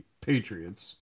Patriots